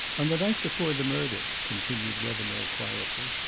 on the night before the murder, continued wethermill quietly,